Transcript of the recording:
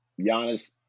Giannis